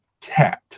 cat